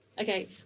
Okay